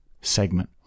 segment